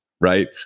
right